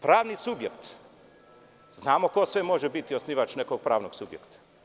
Pravni subjekt, znamo ko sve može biti osnivač nekog pravnog subjekta.